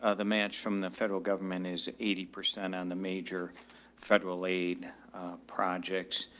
ah the match from the federal government is eighty percent on the major federal aid projects.